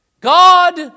God